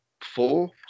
four